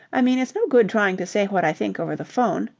i mean, it's no good trying to say what i think over the phone,